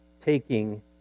taking